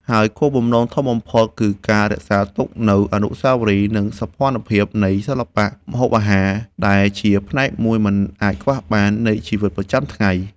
ហើយគោលបំណងធំបំផុតគឺការរក្សាទុកនូវអនុស្សាវរីយ៍ និងសោភ័ណភាពនៃសិល្បៈម្ហូបអាហារដែលជាផ្នែកមួយមិនអាចខ្វះបាននៃជីវិតប្រចាំថ្ងៃ។